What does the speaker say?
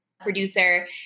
producer